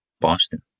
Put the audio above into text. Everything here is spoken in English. Boston